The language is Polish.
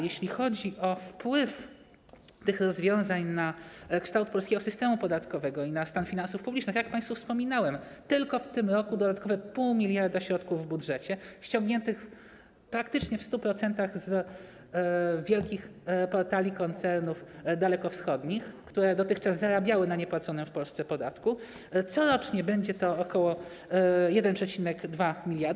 Jeśli chodzi o wpływ tych rozwiązań na kształt polskiego systemu podatkowego i na stan finansów publicznych, to - jak państwu wspominałem - tylko w tym roku dodatkowe 0,5 mld środków w budżecie zostało ściągniętych praktycznie w 100% z wielkich portali, koncernów dalekowschodnich, które dotychczas zarabiały na niepłaconym w Polsce podatku - corocznie ok. 1,2 mld.